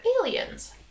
aliens